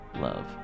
love